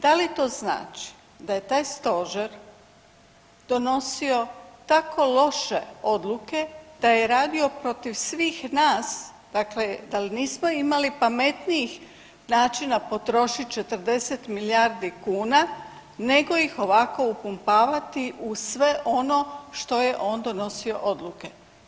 Da li to znači da je taj Stožer donosio tako loše odluke da je radio protiv svih nas, dakle da nismo imali pametnijih načina potrošiti 40 milijardi kuna, nego ih ovako upumpavati u sve ono što je on donosio odluke.